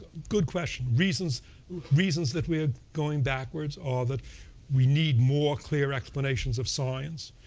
good question. reasons reasons that we are going backwards are that we need more clear explanations of science.